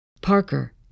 Parker